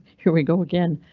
here we go again